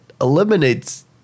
Eliminates